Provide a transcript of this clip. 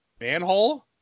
manhole